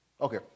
Okay